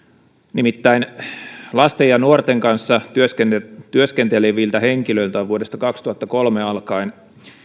nimittäin lasten ja nuorten kanssa työskenteleviltä henkilöiltä on vuodesta kaksituhattakolme alkaen